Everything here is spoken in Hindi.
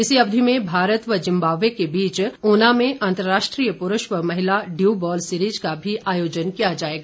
इसी अवधि में भारत व जिम्बावे के बीच उना में अंतर्राष्ट्रीय पुरूष व महिला डयू बाल सीरिज का भी आयोजन किया जाएगा